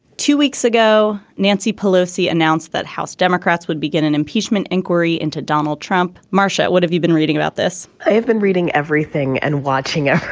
two weeks ago nancy pelosi announced that house democrats would begin an impeachment inquiry into donald trump. marsha what have you been reading about this i have been reading everything and watching ah